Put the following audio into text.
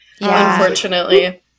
unfortunately